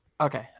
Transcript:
Okay